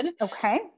Okay